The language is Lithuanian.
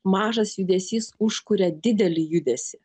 mažas judesys užkuria didelį judesį